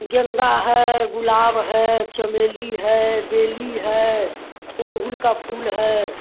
गेंदा है गुलाब है चमेली है बेली है गुड़हल का फूल है